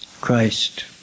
Christ